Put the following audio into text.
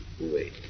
Wait